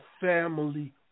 family